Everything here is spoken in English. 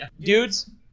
Dudes